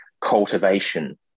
cultivation